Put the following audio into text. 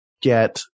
get